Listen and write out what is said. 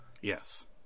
yes